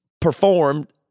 performed